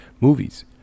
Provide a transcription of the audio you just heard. movies